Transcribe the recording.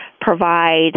provide